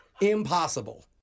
impossible